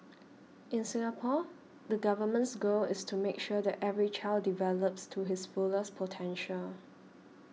in Singapore the Government's goal is to make sure that every child develops to his fullest potential